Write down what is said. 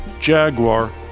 Jaguar